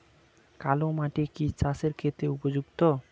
কালো মাটি কি চাষের ক্ষেত্রে উপযুক্ত?